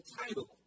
title